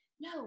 no